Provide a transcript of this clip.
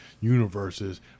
universes